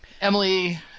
Emily